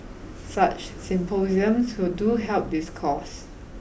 such symposiums do help this cause